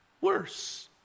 worse